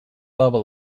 level